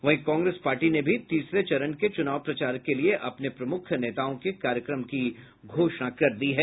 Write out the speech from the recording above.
वहीं कांग्रेस पार्टी ने भी तीसरे चरण के चुनाव प्रचार के लिए अपने प्रमुख नेताओं के कार्यक्रम की घोषणा की है